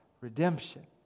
redemption